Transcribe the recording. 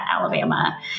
Alabama